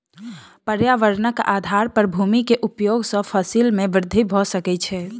पर्यावरणक आधार पर भूमि के उपयोग सॅ फसिल में वृद्धि भ सकै छै